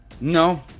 No